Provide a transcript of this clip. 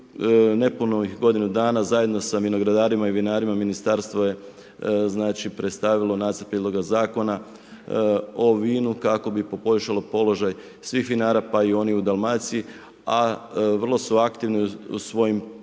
u nepunoj godini dana zajedno sa vinogradarima i vinarima, ministarstvo je predstavilo nacrt Prijedloga Zakona o vinu kako bi poboljšalo položaj svih vinar pa i onih u Dalmaciji a vrlo su aktivne u svojim